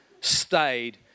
stayed